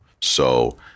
So-